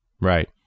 Right